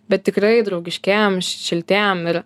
bet tikrai draugiškiem šiltiem ir